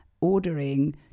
ordering